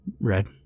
Red